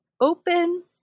open